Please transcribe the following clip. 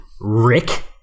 Rick